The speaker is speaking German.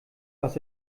was